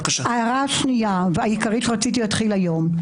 ההערה השנייה והעיקרית שרציתי להתחיל בה היום.